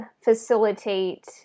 facilitate